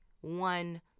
one